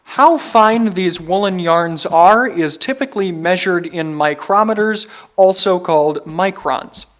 how fine these woolen yarns are is typically measured in micrometers also called microns.